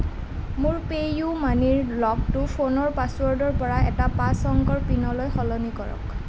মোৰ পে'ইউ মানিৰ লকটো ফোনৰ পাছৱৰ্ডৰ পৰা এটা পাঁচ অংকৰ পিনলৈ সলনি কৰক